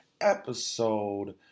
episode